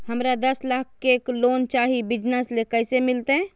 हमरा दस लाख के लोन चाही बिजनस ले, कैसे मिलते?